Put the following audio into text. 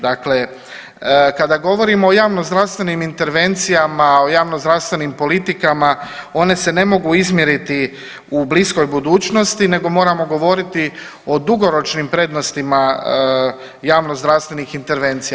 Dakle, kada govorimo o javnozdravstvenim intervencijama, o javnozdravstvenim politikama one se ne mogu izmjeriti u bliskoj budućnosti nego moramo govoriti o dugoročnim prednostima javnozdravstvenih intervencija.